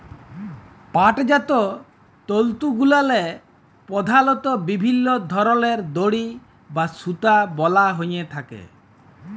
পাটজাত তলতুগুলাল্লে পধালত বিভিল্ল্য ধরলের দড়ি বা সুতা বলা হ্যঁয়ে থ্যাকে